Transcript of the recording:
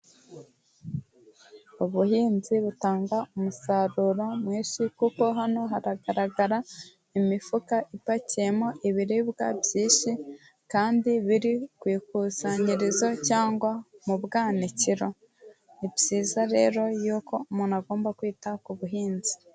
Ubuhinzi butanga umusaruro mwinshi kuko hano haragaragara imifuka ipakiyemo ibiribwa byinshi kandi biri ku ikusanyirizo cyangwa mu bwanikiro, ni byiza rero yuko umuntu agomba kwita ku buhinzi.